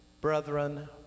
Brethren